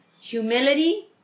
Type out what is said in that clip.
humility